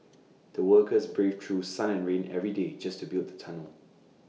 the workers braved through sun and rain every day just to build the tunnel